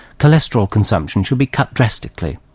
cholesterol consumption should be cut drastically,